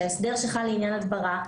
שההסדר שחל לעניין הדברה,